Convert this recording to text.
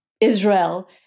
Israel